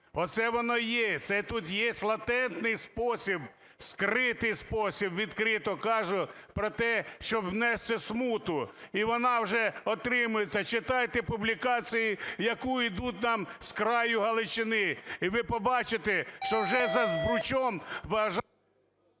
Оце воно є, це тут єсть латентний спосіб, скритий спосіб, відкрито кажу, про те, щоб внести смуту. І вона вже отримується, читайте публікації, які ідуть нам з краю Галичини, і ви побачите, що вже за Збручем...